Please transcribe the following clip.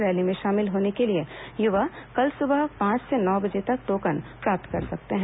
rally में शामिल होने के लिए युवा कल सुबह पांच से नौ बजे तक टोकन प्राप्त कर सकते हैं